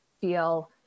feel